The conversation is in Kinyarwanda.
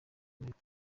amerika